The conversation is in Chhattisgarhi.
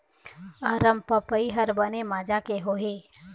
अरमपपई हर बने माजा के होही?